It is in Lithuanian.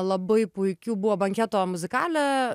labai puikių buvo banketo muzikale